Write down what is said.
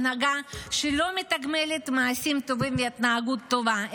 הנהגה שלא מתגמלת מעשים טובים והתנהגות טובה,